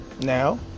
Now